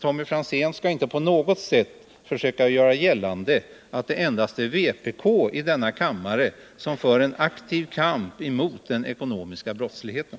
Tommy Franzén skall alltså inte försöka göra gällande att det endast är vpk i denna kammare som för en aktiv kamp mot den ekonomiska brottsligheten.